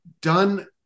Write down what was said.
done